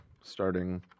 starting